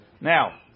now